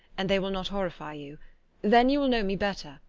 and they will not horrify you then you will know me better.